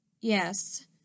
Yes